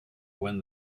when